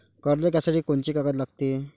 कर्ज घ्यासाठी कोनची कागद लागते?